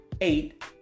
eight